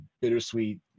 bittersweet